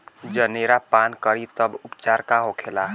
जनेरा पान करी तब उपचार का होखेला?